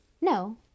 No